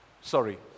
sorry